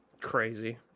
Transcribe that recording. Crazy